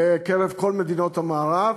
בקרב כל מדינות המערב,